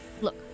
look